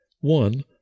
One